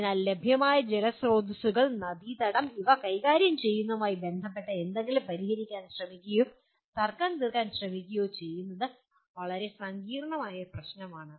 അതിനാൽ ലഭ്യമായ ജലസ്രോതസ്സുകൾ നദീതടം ഇവ കൈകാര്യം ചെയ്യുന്നതുമായി ബന്ധപ്പെട്ട എന്തെങ്കിലും പരിഹരിക്കാൻ ശ്രമിക്കുകയോ തർക്കംതീർക്കാൻ ശ്രമിക്കുകയോ ചെയ്യുന്നത് വളരെ സങ്കീർണ്ണമായ പ്രശ്നമാണ്